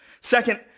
Second